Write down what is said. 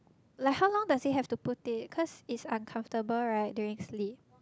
like how long does he have to put it cause it's uncomfortable right during sleep